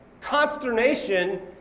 consternation